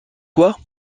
quoi